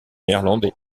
néerlandais